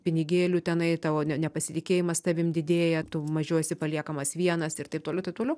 pinigėlių tenai tavo ne nepasitikėjimas tavim didėja tu mažiau esi paliekamas vienas ir taip toliau taip toliau